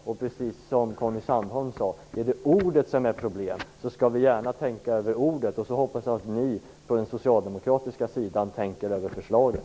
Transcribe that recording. Och som Conny Sandholm sade: Är det ordet som är problemet skall vi gärna tänka över ordet, och så hoppas jag att ni på den socialdemokratiska sidan tänker över förslaget.